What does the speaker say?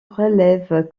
révèle